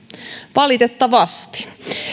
valitettavasti